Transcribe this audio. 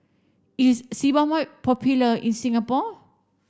is Sebamed popular in Singapore